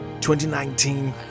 2019